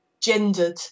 gendered